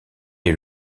est